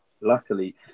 luckily